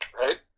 right